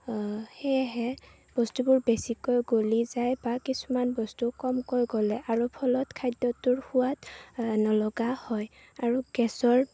সেয়েহে বস্তুবোৰ বেছিকৈ গলি যায় বা কিছুমান বস্তু কমকৈ গলে আৰু ফলত খাদ্যটোৰ সোৱাদ নলগা হয় আৰু গেছৰ